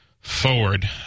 forward